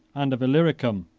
and of illyricum,